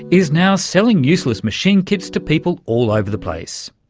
is now selling useless machine kits to people all over the place.